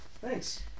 Thanks